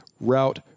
route